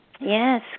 yes